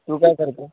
तू काय करते